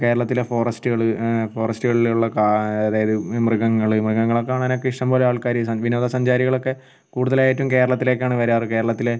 കേരളത്തിലെ ഫോറസ്റ്റുകൾ ഫോറസ്റ്റുകളിലുള്ള കാ അതായത് മൃഗങ്ങൾ മൃഗങ്ങളെ കാണാനൊക്കെ ഇഷ്ടം പോലെ ആൾക്കാർ ഈ സഞ്ചാരികൾ വിനോദസഞ്ചാരികളൊക്കെ കൂടുതലായിട്ടും കേരളത്തിലേക്കാണ് വരാറ് കേരളത്തിലെ